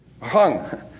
Hung